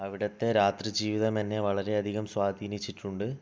അവിടുത്തെ രാത്രി ജീവിതം എന്നെ വളരെയധികം സ്വാധീനിച്ചിട്ടുണ്ട്